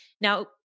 Now